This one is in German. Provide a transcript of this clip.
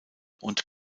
und